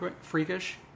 freakish